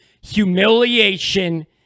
humiliation